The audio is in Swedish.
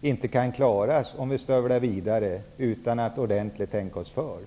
inte kan bevaras om vi stövlar vidare utan att ordentligt tänka oss för.